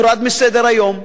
הורד מסדר-היום.